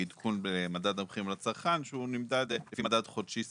היא עדכון במדד המחירים לצרכן שהוא נמדד לפי מדד חודשי ספציפי.